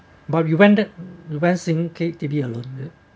but you went that you went sing K_T_V alone